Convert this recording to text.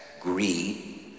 greed